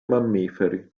mammiferi